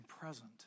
present